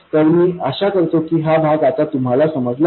तर मी आशा करतो की हा भाग आता तुम्हाला समजला आहे